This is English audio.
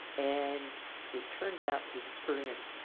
and it turned out, his experience